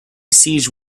siege